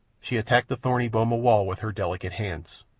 she attacked the thorny boma wall with her delicate hands.